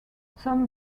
some